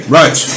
right